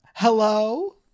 Hello